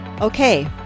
Okay